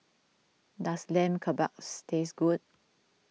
does Lamb Kebabs taste good